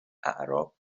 اعراب